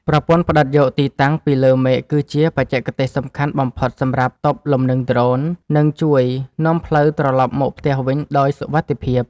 ប្រព័ន្ធផ្ដិតយកទីតាំងពីលើមេឃគឺជាបច្ចេកទេសសំខាន់បំផុតសម្រាប់ទប់លំនឹងដ្រូន និង ជួយនាំផ្លូវត្រលប់មកផ្ទះវិញដោយសុវត្ថិភាព។